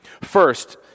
First